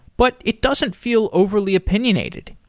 but it doesn't feel overly opinionated.